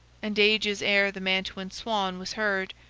and ages ere the mantuan swan was heard.